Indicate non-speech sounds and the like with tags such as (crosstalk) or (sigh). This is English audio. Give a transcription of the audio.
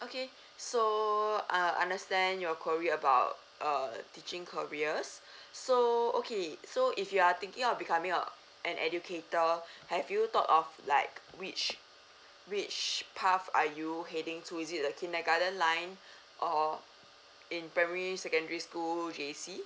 so uh understand your query about uh teaching careers (breath) so okay so if you are thinking of becoming a an educator (breath) have you thought of like which (breath) which path are you heading to is it a kindergarten line (breath) or in primary secondary school J_C